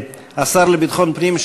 השר לביטחון פנים,